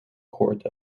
court